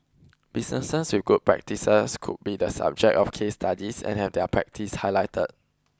businesses with good practices could be the subject of case studies and have their practice highlighted